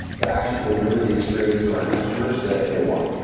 to actually deliver the experience to our customers that they want?